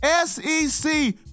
SEC